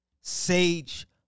Sage